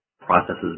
processes